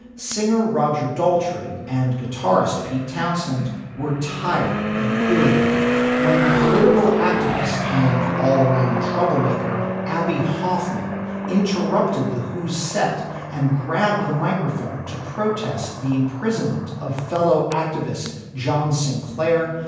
singer roger daltrey and guitarist pete townsend were tired and irritable when political activists and all around troublemaker abbie hoffman interrupted the who's set and grabbed the microphone to protest the imprisonment of fellow activist john sinclair.